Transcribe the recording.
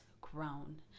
grown